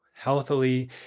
healthily